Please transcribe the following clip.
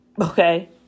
Okay